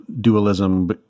dualism